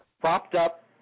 propped-up